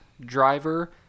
Driver